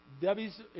Debbie's